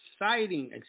exciting